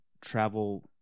travel